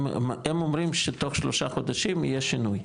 הם אומרים שתוך שלושה חודשים יהיה שינוי,